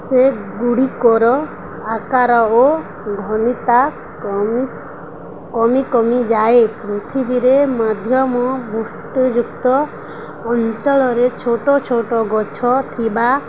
ସେଗୁଡ଼ିକର ଆକାର ଓ ଘନିତା କମିସ କମି କମିଯାଏ ପୃଥିବୀରେ ମାଧ୍ୟମ ବୃଷ୍ଟିଯୁକ୍ତ ଅଞ୍ଚଳରେ ଛୋଟ ଛୋଟ ଗଛ ଥିବା